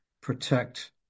protect